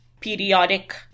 periodic